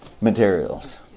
materials